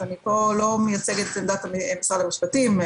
אני לא מייצגת פה את משרד המשפטים,